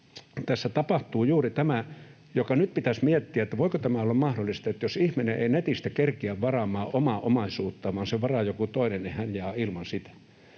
tässä tapahtuu juuri tämä, joka nyt pitäisi miettiä, että voiko tämä olla mahdollista, että jos ihminen ei netistä kerkiä varaamaan omaa omaisuuttaan, vaan sen varaa joku toinen, niin hän jää ilman sitä.